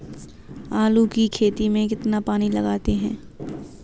आलू की खेती में कितना पानी लगाते हैं?